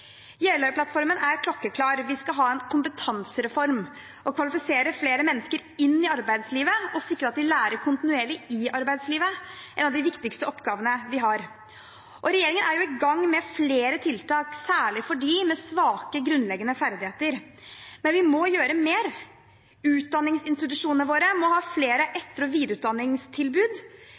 Jeløya-plattformen er klokkeklar: Vi skal ha en kompetansereform og kvalifisere flere mennesker inn i arbeidslivet. Å sikre at de lærer kontinuerlig i arbeidslivet er en av de viktigste oppgavene vi har. Regjeringen er i gang med flere tiltak, særlig for dem med svake grunnleggende ferdigheter, men vi må gjøre mer. Utdanningsinstitusjonene våre må ha flere etter- og videreutdanningstilbud.